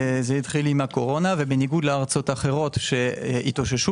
מהקורונה ובניגוד לארצות אחרות שהתאוששו